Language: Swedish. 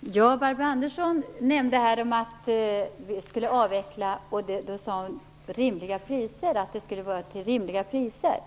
Herr talman! Barbro Andersson talade om avveckling och att den skulle ske till rimliga priser.